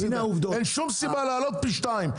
אין שום סיבה להעלות פי שתיים.